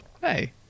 Hey